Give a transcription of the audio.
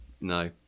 No